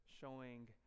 showing